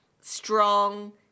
strong